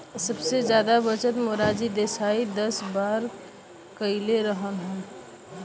सबसे जादा बजट मोरारजी देसाई दस बार कईले रहलन